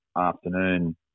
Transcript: afternoon